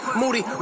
moody